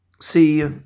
see